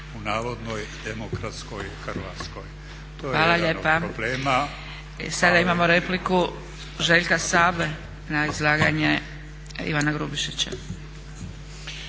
Hvala lijepa. Sada imamo repliku Željka Sabe na izlaganje Ivana Grubišića.